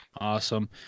Awesome